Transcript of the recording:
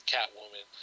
Catwoman